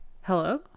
hello